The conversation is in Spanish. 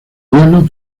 hielo